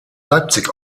leipzig